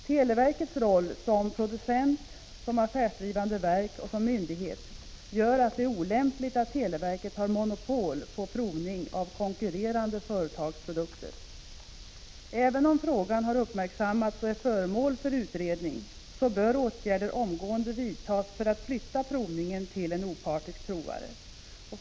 Televerkets roll som producent, affärsdrivande verk och myndighet gör att det är olämpligt att verket har monopol på provning av konkurrerande företags produkter. Även om frågan har uppmärksammats och är föremål för utredning bör åtgärder omgående vidtas för att flytta provningen till en opartisk provare.